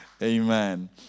Amen